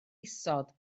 isod